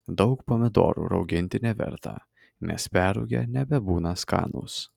daug pomidorų rauginti neverta nes perrūgę nebebūna skanūs